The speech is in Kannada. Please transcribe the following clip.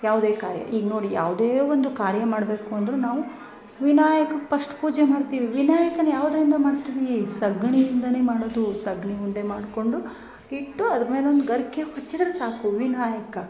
ಯಾವುದೇ ಕಾರ್ಯ ಈಗ ನೋಡಿ ಯಾವುದೇ ಒಂದು ಕಾರ್ಯ ಮಾಡಬೇಕು ಅಂದರು ನಾವು ವಿನಾಯಕಗ್ ಪಸ್ಟ್ ಪೂಜೆ ಮಾಡ್ತೀವಿ ವಿನಾಯಕನ ಯಾವುದ್ರಿಂದ ಮಾಡ್ತಿವಿ ಸಗಣಿ ಇಂದಾನೇ ಮಾಡೋದು ಸಗಣಿ ಉಂಡೆ ಮಾಡಿಕೊಂಡು ಇಟ್ಟು ಅದ್ರ ಮೇಲೊಂದು ಗರಿಕೆ ಚುಚ್ಚುದ್ರೆ ಸಾಕು ವಿನಾಯಕ